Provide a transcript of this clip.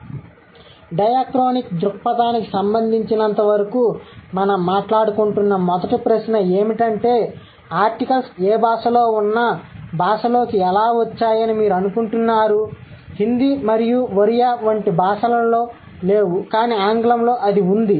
కాబట్టి డయాక్రోనిక్ దృక్పథానికి సంబంధించినంతవరకు మనం మాట్లాడుకుంటున్న మొదటి ప్రశ్న ఏమిటంటే ఆర్టికల్స్ ఏ భాషలో ఉన్నా భాషలోకి ఎలా వచ్చాయని మీరు అనుకుంటున్నారు హిందీ మరియు ఒరియా వంటి భాషలలో లేవు కానీ ఆంగ్లంలో అది ఉంది